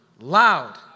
loud